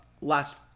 last